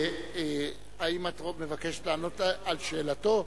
האם את מבקשת לענות על שאלתו?